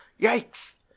Yikes